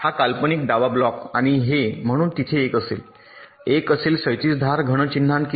हा काल्पनिक डावा ब्लॉक आणि हे म्हणून तिथे एक असेल एक असेल क्षैतिज धार घन चिन्हांकित